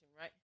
right